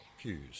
pews